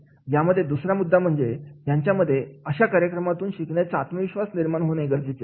यामध्ये दुसरा मुद्दा म्हणजे त्यांच्यामध्ये अशा कार्यक्रमातून शिकण्यासाठी आत्मविश्वास निर्माण होणे गरजेचे असते